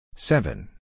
Seven